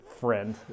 friend